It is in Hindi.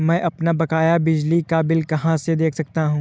मैं अपना बकाया बिजली का बिल कहाँ से देख सकता हूँ?